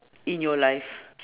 in your life